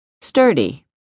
Sturdy